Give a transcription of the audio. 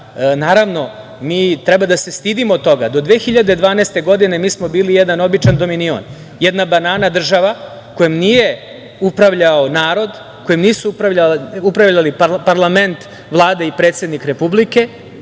naravno mi treba da se stidimo toga, do 2012. godine mi smo bili jedan običan „dominion“, jedna „banana država“ kojom nije upravljao narod, kojim nisu upravljali parlament, Vlada i predsednik republike,